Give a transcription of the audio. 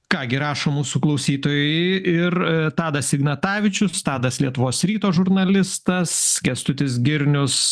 ką gi rašo mūsų klausytojai ir tadas ignatavičius tadas lietuvos ryto žurnalistas kęstutis girnius